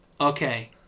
okay